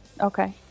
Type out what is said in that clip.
okay